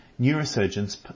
neurosurgeons